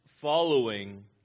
following